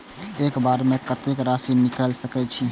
एक बार में कतेक राशि निकाल सकेछी?